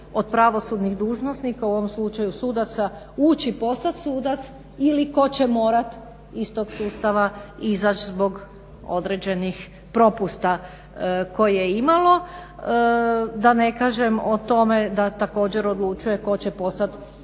od pravosudnih dužnosnika u ovom slučaju sudaca ući i postati sudac ili tko će morati iz tog sustava izaći zbog određenih propusta koje je imalo, da ne kažem o tome da također odlučuje tko će postati